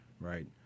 right